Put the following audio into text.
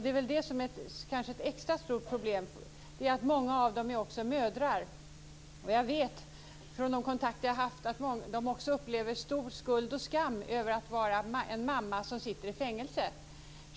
Ett extra stort problem är att många av dem också är mödrar. Jag vet, genom de kontakter jag har haft, att de upplever stor skuld och skam över att vara en mamma som sitter i fängelse.